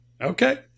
Okay